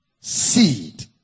Seed